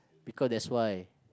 because that's why